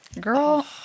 Girl